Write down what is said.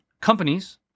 companies